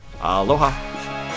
Aloha